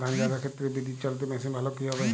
ধান ঝারার ক্ষেত্রে বিদুৎচালীত মেশিন ভালো কি হবে?